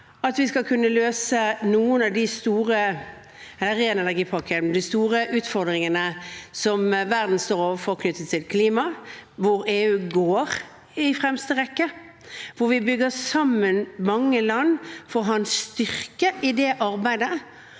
at vi skal kunne løse noen av de store utfordringene som verden står overfor knyttet til klima. Der går EU i fremste rekke. Vi bygger sammen mange land for å ha en styrke i det arbeidet,